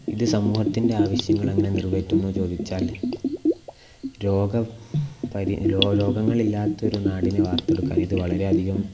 ഇതു സമൂഹത്തിൻ്റെ ആവിശ്യങ്ങൾ എങ്ങനെ നിറവേറ്റും എന്ന് ചോദിച്ചാൽ രോഗം രോഗങ്ങൾ ഇല്ലാത്തൊരു നാടിനെ വാർത്തെടുക്കാൻ ഇത് വളരെ അധികം